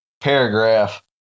paragraph